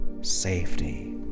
safety